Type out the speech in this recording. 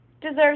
deserves